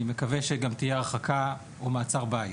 אני מקווה שגם תהיה הרחקה או מעצר בית,